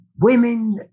Women